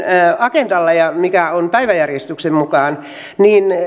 agendalla päiväjärjestyksen mukaan